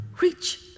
reach